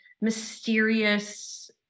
mysterious